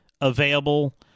available